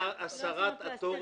תוציאו את האנטנות.